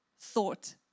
thought